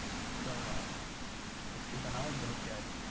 اس کا اس کی بناوٹ بہت پیاری ہے